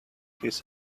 his